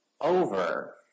over